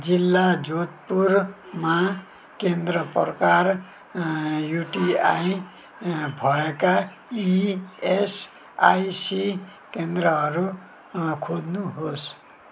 जिल्ला जोधपुरमा केन्द्र प्रकार युटिआई भएका इएसआइसी केन्द्रहरू खोज्नुहोस्